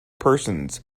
persons